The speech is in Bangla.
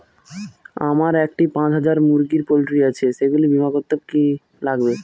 আমার একটি পাঁচ হাজার মুরগির পোলট্রি আছে সেগুলি বীমা করতে কি লাগবে?